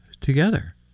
together